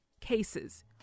cases